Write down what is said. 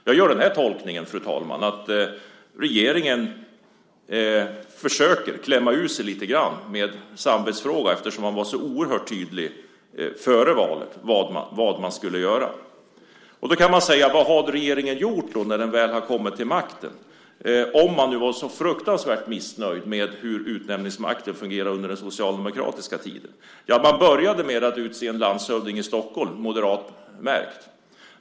Jag gör tolkningen, fru talman, att regeringen försöker klämma ur sig lite grann. Det är väl en fråga om samvete eftersom man var så oerhört tydlig före valet med vad man skulle göra. Vad har då regeringen gjort när den väl har kommit till makten, eftersom man var så fruktansvärt missnöjd med hur utnämningsmakten fungerade under den socialdemokratiska tiden? Jo, man började med att utse en moderatmärkt landshövding i Stockholm.